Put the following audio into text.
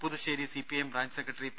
Puthussery CPIM branch secretary P